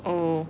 oh